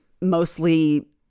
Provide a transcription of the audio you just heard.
mostly